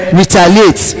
retaliate